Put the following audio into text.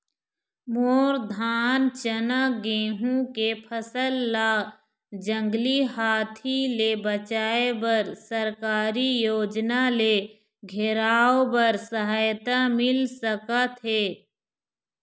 मोर धान चना गेहूं के फसल ला जंगली हाथी ले बचाए बर सरकारी योजना ले घेराओ बर सहायता मिल सका थे?